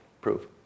prove